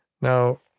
Now